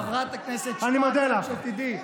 חברת הכנסת שפק, רק שתדעי,